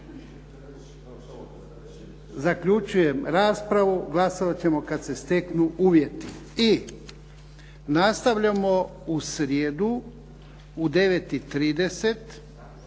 Zaključujem raspravu. Glasovati ćemo kad se steknu uvjeti. I nastavljamo u srijedu u 9,30